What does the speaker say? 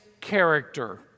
character